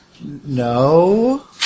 no